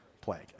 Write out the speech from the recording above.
plague